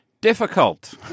Difficult